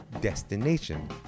destination